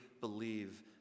believe